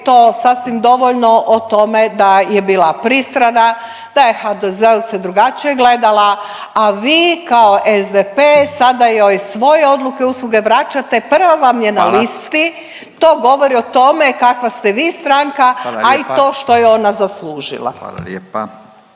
to sasvim dovoljno o tome da je bila pristrana, da je HDZ-ovce drugačije gledala, a vi kao SDP sada joj svoje odluke usluge vraćate. Prva vam je na …/Upadica Radin: Hvala./… listi. To govori o tome kakva ste vi stranka …/Upadica Radin: Hvala lijepa./…